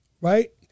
right